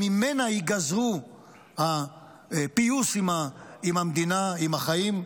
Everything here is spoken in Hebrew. שממנה ייגזרו הפיוס עם המדינה, עם החיים,